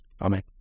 Amen